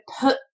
put